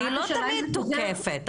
אני לא תמיד תוקפת.